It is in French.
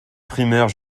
primaire